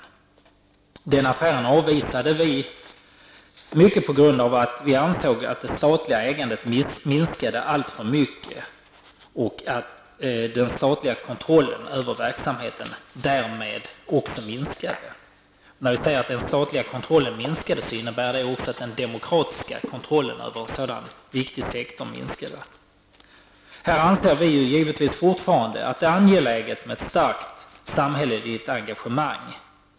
Vi avvisade den affären, mycket på grund av att vi ansåg att det statliga ägandet minskade alltför mycket och att den statliga kontrollen över verksamheten därmed också minskade. När den statliga kontrollen minskar innebär det också att den demokratiska kontrollen över en sådan viktig sektor minskar. Här anser vi givetvis fortfarande att det är angeläget att med ett starkt samhälleligt engagemang.